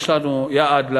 יש לנו יעד לגירעון,